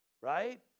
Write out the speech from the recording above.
right